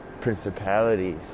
principalities